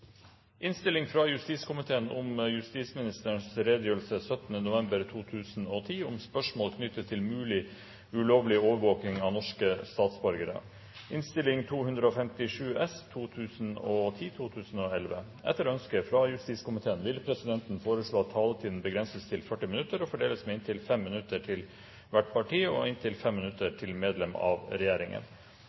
fra justiskomiteen vil presidenten foreslå at taletiden begrenses til 40 minutter og fordeles med inntil 5 minutter til hvert parti og inntil 5 minutter til medlem av regjeringen. Videre vil presidenten foreslå at det gis anledning til replikkordskifte på inntil tre replikker med